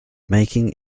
making